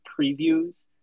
previews